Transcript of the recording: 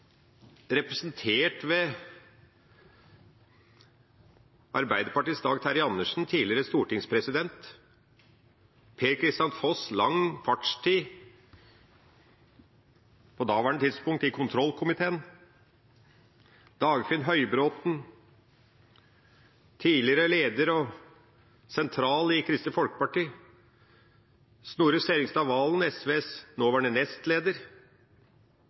representert ved Arbeiderpartiets Dag Terje Andersen, tidligere stortingspresident Per-Kristian Foss, på daværende tidspunkt med lang fartstid i kontrollkomiteen, Dagfinn Høybråten, tidligere leder og sentral i Kristelig Folkeparti og Snorre Serigstad Valen, SVs nåværende nestleder.